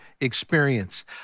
experience